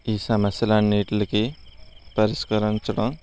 ఈ సమస్యలు అన్నిటికి పరిష్కరించడం